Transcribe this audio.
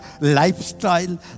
lifestyle